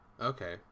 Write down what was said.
Okay